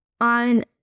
on